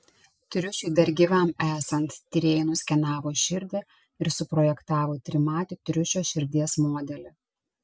triušiui dar gyvam esant tyrėjai nuskenavo širdį ir suprojektavo trimatį triušio širdies modelį